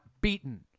beaten